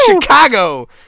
chicago